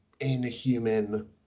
inhuman